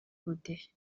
ubudehe